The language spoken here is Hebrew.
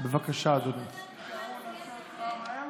הוא אמר: